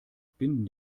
binden